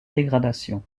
dégradation